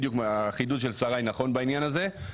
החידוש של שריי נכון בעניין הזה,